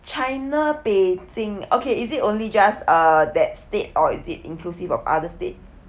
china beijing okay is it only just uh that state or is it inclusive of other states